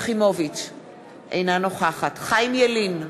אינה נוכחת חיים ילין,